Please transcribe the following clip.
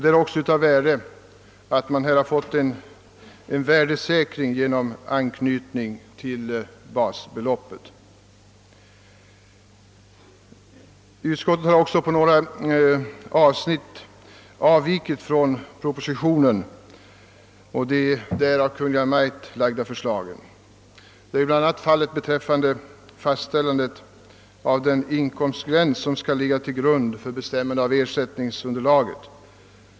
Det är också betydelsefullt att vi nu får en värdesäkring genom en anknytning till basbeloppet. På några avsnitt har utskottet avvikit från Kungl. Maj:ts förslag i propositionen. Så har bl.a. varit fallet beträffande fastställandet av den inkomstgräns som skall ligga till grund för bestämmande av = ersättningsunderlaget.